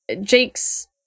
Jake's